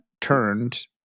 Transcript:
turned